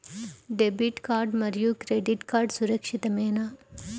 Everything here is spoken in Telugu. డెబిట్ కార్డ్ మరియు క్రెడిట్ కార్డ్ సురక్షితమేనా?